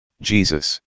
Jesus